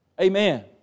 Amen